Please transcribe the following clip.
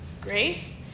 grace